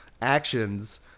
actions